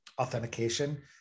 authentication